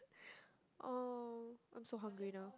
!aww! I'm so hungry now